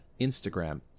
Instagram